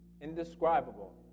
indescribable